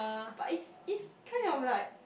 but is is kind of like